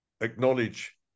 acknowledge